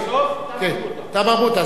"תא מרבוטא".